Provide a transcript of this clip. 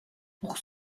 pour